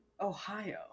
ohio